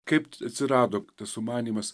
kaip atsirado tas sumanymas